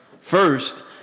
first